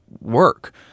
work